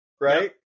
right